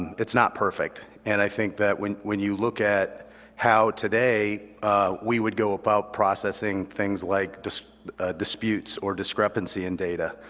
it's not perfect, and i think that when when you look at how today we would go about processing things like disputes or discrepancy in data,